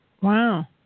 Wow